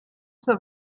zur